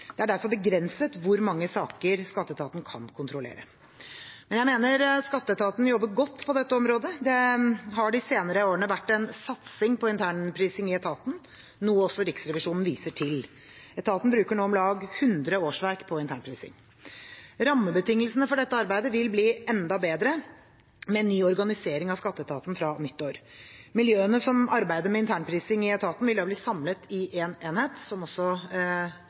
Det er derfor begrenset hvor mange saker skatteetaten kan kontrollere. Jeg mener skatteetaten jobber godt på dette området. Det har de senere årene vært en satsing på internprising i etaten, noe også Riksrevisjonen viser til. Etaten bruker nå om lag 100 årsverk på internprising. Rammebetingelsene for dette arbeidet vil bli enda bedre med ny organisering av skatteetaten fra nyttår. Miljøene som arbeider med internprising i etaten, vil da bli samlet i én enhet, som også